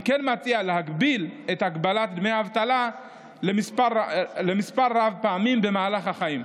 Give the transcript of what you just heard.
אני כן מציע להגביל את דמי האבטלה למספר רב של פעמים במהלך החיים.